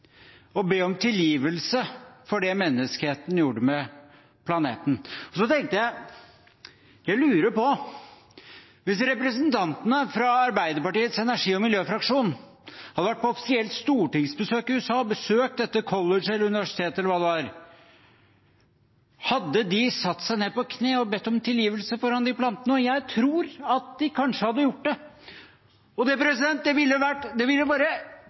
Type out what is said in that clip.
be om tilgivelse for det menneskeheten gjorde med planeten. Så tenkte jeg: Jeg lurer på, hvis representantene fra Arbeiderpartiets energi- og miljøfraksjon hadde vært på offisielt stortingsbesøk i USA og besøkt dette colleget, universitetet eller hva det var, ville de ha satt seg ned på kne og bedt om tilgivelse foran de plantene? Jeg tror kanskje de hadde gjort det. Det